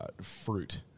fruit